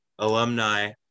Alumni